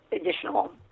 additional